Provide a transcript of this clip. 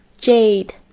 Jade